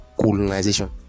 colonization